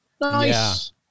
Nice